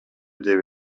деп